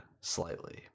slightly